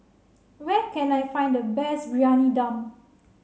where can I find the best Briyani Dum